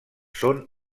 són